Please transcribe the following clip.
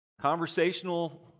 conversational